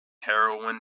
heroin